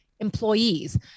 employees